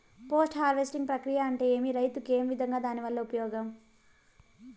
Post harvesting ప్రక్రియ అంటే ఏమి? రైతుకు ఏ విధంగా దాని వల్ల ఉపయోగం?